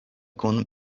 kun